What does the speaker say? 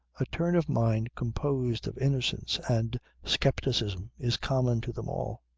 a turn of mind composed of innocence and scepticism is common to them all,